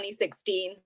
2016